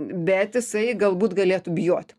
bet jisai galbūt galėtų bijoti